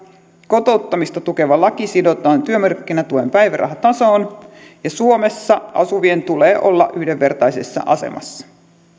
kotouttamista tukeva laki sidotaan työmarkkinatuen päivärahatasoon ja suomessa asuvien tulee olla yhdenvertaisessa asemassa